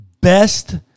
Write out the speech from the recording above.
best